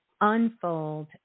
unfold